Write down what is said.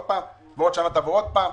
ובעוד שנה תבואו עוד פעם.